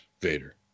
Vader